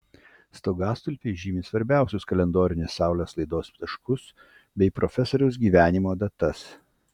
stogastulpiai žymi svarbiausius kalendorinius saulės laidos taškus bei profesoriaus gyvenimo datas